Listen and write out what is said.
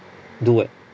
do what